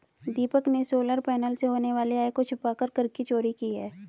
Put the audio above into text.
दीपक ने solar panel से होने वाली आय को छुपाकर कर की चोरी की है